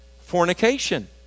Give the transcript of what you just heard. Fornication